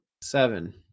seven